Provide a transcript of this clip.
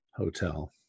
Hotel